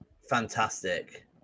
fantastic